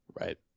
right